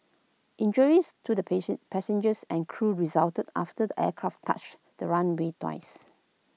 injuries to the patient passengers and crew resulted after the aircraft touched the runway twice